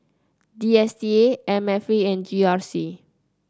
D S T A M F A and G R C